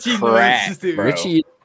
richie